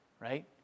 Right